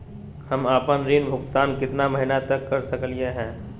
हम आपन ऋण भुगतान कितना महीना तक कर सक ही?